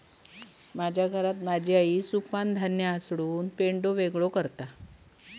माझ्या घरात माझी आई सुपानं धान्य हासडून पेंढो वेगळो करता